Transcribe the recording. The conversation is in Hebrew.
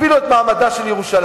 אפילו את מעמדה של ירושלים.